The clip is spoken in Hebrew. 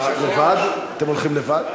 אתם הולכים לבד?